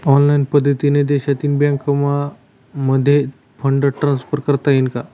Online पद्धतीने देशातील बँकांमध्ये फंड ट्रान्सफर करता येईल का?